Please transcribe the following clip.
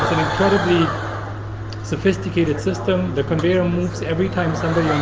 incredibly sophisticated system. the conveyor moves every time somebody